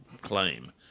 claim